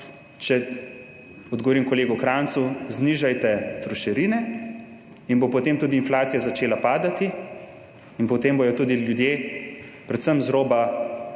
če odgovorim kolegu Krajncu, znižajte trošarine in bo potem tudi inflacija začela padati in potem bodo tudi ljudje, predvsem z roba,